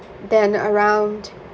then around